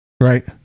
right